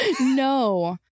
No